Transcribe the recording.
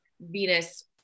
Venus